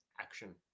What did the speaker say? action